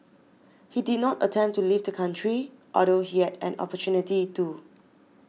he did not attempt to leave the country although he had an opportunity to